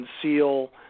conceal